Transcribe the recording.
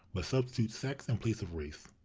but substitute sex in place of race.